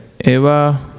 Eva